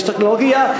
יש טכנולוגיה.